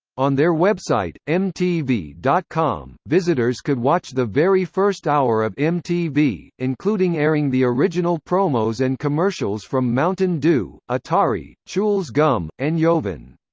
on their website, mtv com, visitors could watch the very first hour of mtv, including airing the original promos and commercials from mountain dew, atari, chewels gum, and jovan.